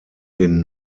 den